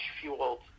fueled